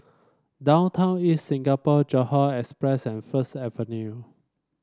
Downtown East Singapore Johore Express and First Avenue